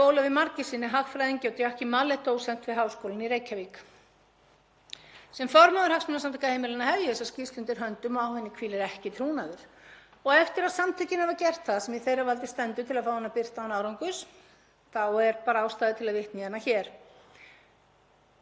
Eftir að samtökin hafa gert það sem í þeirra valdi stendur til að fá hana birta án árangurs er ástæða til að vitna í hana hér enda er í henni kafli sem heitir: Áhrif verðtryggingar á hagkerfið og heimilin. Ég tel hann eiga fullt erindi til almennings.